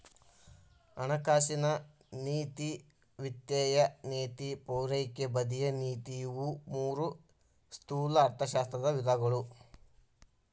ಹಣಕಾಸಿನ ನೇತಿ ವಿತ್ತೇಯ ನೇತಿ ಪೂರೈಕೆ ಬದಿಯ ನೇತಿ ಇವು ಮೂರೂ ಸ್ಥೂಲ ಅರ್ಥಶಾಸ್ತ್ರದ ವಿಧಗಳು